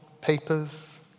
papers